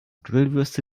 grillwürste